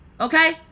Okay